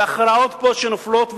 שהכרעות שנופלות פה,